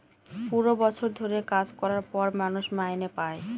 পুরো বছর ধরে কাজ করার পর মানুষ মাইনে পাই